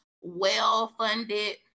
well-funded